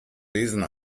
lesen